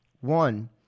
one –